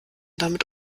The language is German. damit